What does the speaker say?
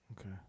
Okay